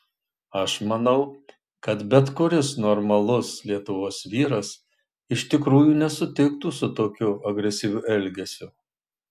aš manau kad bet kuris normalus lietuvos vyras iš tikrųjų nesutiktų su tokiu agresyviu elgesiu